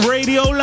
Radio